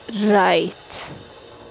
Right